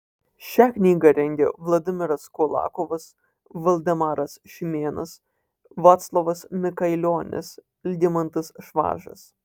šią knygą rengia vladimiras kulakovas valdemaras šimėnas vaclovas mikailionis algimantas švažas